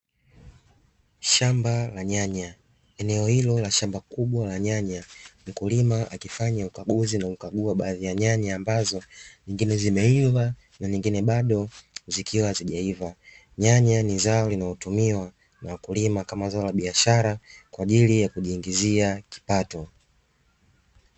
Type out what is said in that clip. Shamba la nyanya, eneo hilo la shamba kubwa la nyanya, mkulima akifanya ukaguzi na hukagua baadhi ya nyanya ambazo nyingine zimeiva na nyingine bado zikiwa hazijaiva, nyanya ni zao linalotumiwa na wakulima kama zao la biashara kwa ajili ya kujiingizia kipato.